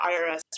IRS